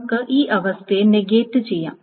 നമുക്ക് ഈ അവസ്ഥയെ നെഗേറ്റ് ചെയ്യാം